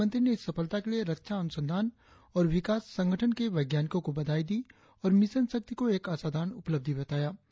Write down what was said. प्रधानमंत्री ने इस सफलता के लिए रक्षा अनुसंधान और विकास संगठन के वैज्ञानिकों को बधाई दी और मिशन शक्ति को एक असाधारण उपलब्धि बताया